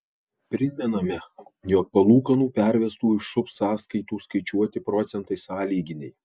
primename jog palūkanų pervestų iš subsąskaitų skaičiuoti procentai sąlyginiai